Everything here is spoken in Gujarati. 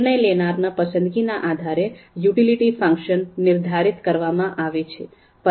નિર્ણય લેનાર ના પસંદગીના આધારે યુટીલીટી ફંકશન નિર્ધારિત કરવામાં આવે છે